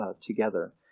together